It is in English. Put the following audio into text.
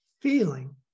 feeling